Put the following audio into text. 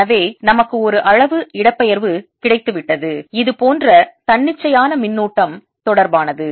எனவே நமக்கு ஒரு அளவு இடப்பெயர்வு கிடைத்துவிட்டது இது போன்ற தன்னிச்சையான மின்னூட்டம் தொடர்பானது